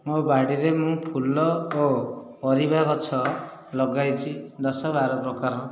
ମୋ ବାଡ଼ିରେ ମୁଁ ଫୁଲ ଓ ପରିବା ଗଛ ଲଗାଇଛି ଦଶ ବାର ପ୍ରକାର